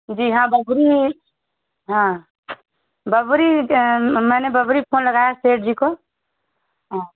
जी हाँ बबुरी हाँ बबुरी वह टैम मैंने बबुरी फ़ोन लगाया सेठ जी को हाँ